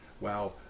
Wow